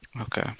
Okay